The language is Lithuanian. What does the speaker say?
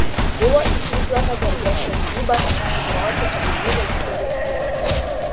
buvo išrikiuota garbės sargyba sugroti abiejų valstybių himnai